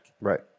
Right